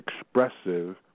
expressive